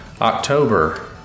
October